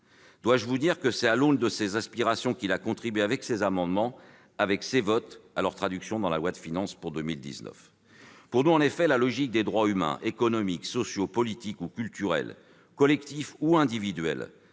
Dois-je rappeler, à l'aune de ces aspirations, notre groupe a contribué, avec ses amendements et ses votes, à leur traduction dans ce projet de loi de finances pour 2019 ? Pour nous, en effet, la logique des droits humains, économiques, sociaux, politiques ou culturels, collectifs ou individuels,